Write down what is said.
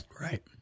Right